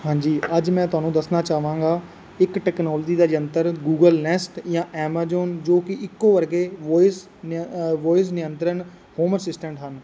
ਹਾਂਜੀ ਅੱਜ ਮੈਂ ਤੁਹਾਨੂੰ ਦੱਸਣਾ ਚਾਹਾਂਗਾ ਇੱਕ ਟੈਕਨੋਲਜੀ ਦਾ ਯੰਤਰ ਗੂਗਲ ਨੈਸਟ ਜਾਂ ਐਮਜੋਨ ਜੋ ਕਿ ਇੱਕੋ ਵਰਗੇ ਵੋਇਸ ਨ ਵੋਇਸ ਨਿਯੰਤਰਣ ਹੋਮ ਅਸਿਸਟੈਂਟ ਹਨ